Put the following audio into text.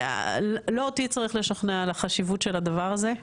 לא אותי צריך לשכנע על החשיבות של הדבר הזה.